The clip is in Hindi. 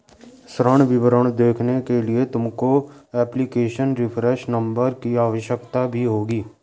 ऋण विवरण देखने के लिए तुमको एप्लीकेशन रेफरेंस नंबर की आवश्यकता भी होगी